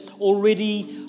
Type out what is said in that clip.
already